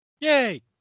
Yay